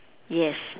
yes